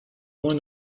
moins